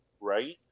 right